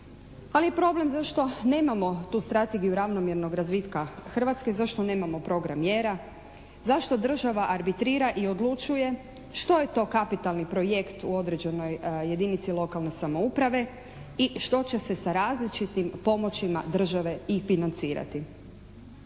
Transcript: Ali je problem zašto nemamo tu strategiju ravnomjernog razvitka Hrvatske, zašto nemamo program mjera, zašto država arbitrira i odlučuje što je to kapitalni projekt u određenoj jedinici lokalne samouprave i što će se sa različitim pomoćima države i financirati.